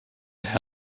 herr